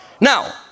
Now